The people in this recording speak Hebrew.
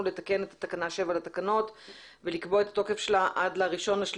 לתקן את תקנה 7 לתקנות ולקבוע את התוקף שלה עד ל-1.3.2022,